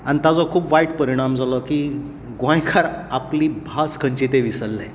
ताजो खूब वायट परीणाम जालो की गोंयकार आपली भास खंयची तें विसरलें